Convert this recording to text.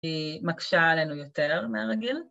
‫היא מקשה עלינו יותר מהרגיל.